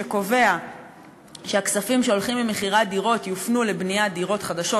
שקובע שהכספים שהולכים ממכירת דירות יופנו לבניית דירות חדשות,